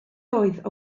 oedd